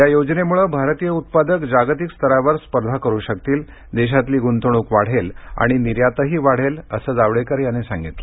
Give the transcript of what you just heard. या योजनेमुळे भारतीय उत्पादक जागतिक स्तरावर स्पर्धा करू शकतील देशातली गुंतवणूक वाढेल आणि निर्यातही वाढेल असं जावडेकर यांनी सांगितलं